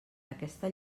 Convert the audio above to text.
aquesta